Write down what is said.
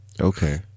Okay